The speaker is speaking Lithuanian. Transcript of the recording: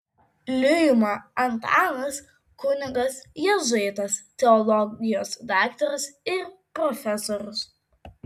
liuima antanas kunigas jėzuitas teologijos daktaras ir profesorius